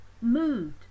moved